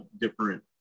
different